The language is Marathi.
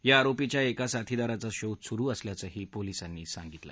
या आरोपीच्या एका साथीदाराचा शोध सूरु असल्याचंही पोलीसांनी सांगितलं